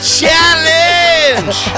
challenge